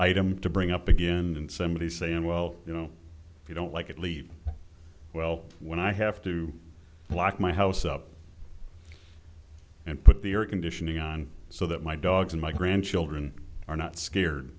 item to bring up again and somebody saying well you know if you don't like it leave well when i have to lock my house up and put the air conditioning on so that my dogs and my grandchildren are not scared